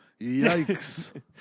Yikes